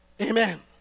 Amen